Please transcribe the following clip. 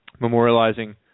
memorializing